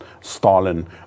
Stalin